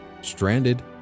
stranded